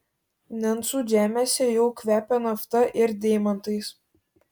nencų žemėse jau kvepia nafta ir deimantais